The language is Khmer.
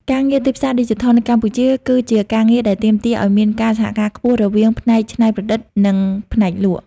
ការងារទីផ្សារឌីជីថលនៅកម្ពុជាគឺជាការងារដែលទាមទារឱ្យមានការសហការខ្ពស់រវាងផ្នែកច្នៃប្រឌិត និងផ្នែកលក់។